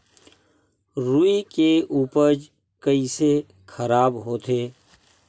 रुई के उपज कइसे खराब होथे?